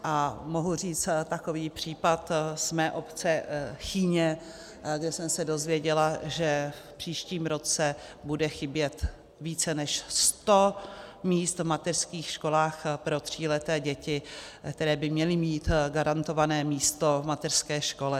A mohu říct takový případ z mé obce Chýně, kde jsem se dozvěděla, že v příštím roce bude chybět více než sto míst v mateřských školách pro tříleté děti, které by měly mít garantované místo v mateřské škole.